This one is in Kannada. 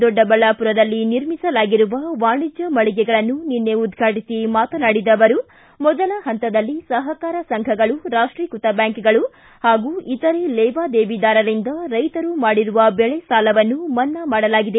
ದೊಡ್ಡಬಳ್ಳಾಪುರದಲ್ಲಿ ನಿರ್ಮಿಸಲಾಗಿರುವ ವಾಣಿಜ್ದ ಮಳಿಗೆಗಳನ್ನು ಉದ್ರಾಟು ಮಾತನಾಡಿದ ಅವರು ಮೊದಲ ಹಂತದಲ್ಲಿ ಸಹಕಾರ ಸಂಘಗಳು ರಾಷ್ಟೀಕೃತ ಬ್ಯಾಂಕ್ಗಳು ಹಾಗೂ ಇತರೆ ಲೇವಾದೇವಿದಾರರಿಂದ ರೈತರು ಮಾಡಿರುವ ಬೆಳೆ ಸಾಲವನ್ನು ಮನ್ನಾ ಮಾಡಲಾಗಿದೆ